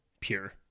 pure